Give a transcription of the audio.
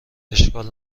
اشکال